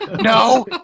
No